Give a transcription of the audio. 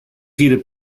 heated